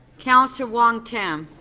councillor wong-tam?